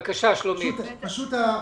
בסדר.